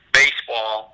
baseball